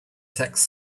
text